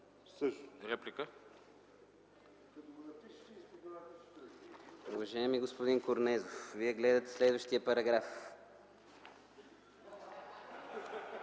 ЦИПОВ: Уважаеми господин Корнезов, Вие гледате следващия параграф.